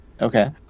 okay